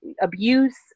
abuse